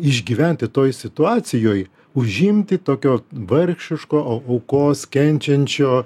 išgyventi toj situacijoj užimti tokio vargšiško aukos kenčiančio